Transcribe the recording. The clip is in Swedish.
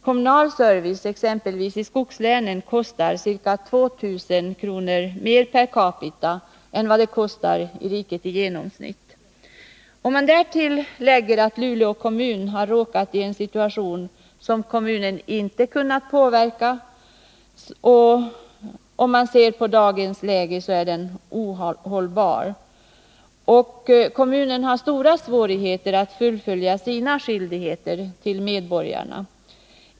Kommunal service i exempelvis skogslänen kostar ca 2 000 kr. mer per capita än i riket i genomsnitt. Till detta skall läggas att Luleå kommun har råkat in i en situation som kommunen inte har kunnat påverka — en situation som i dagens läge är ohållbar. Kommunen har stora svårigheter att fullgöra sina skyldigheter mot medborgarna.